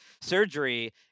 surgery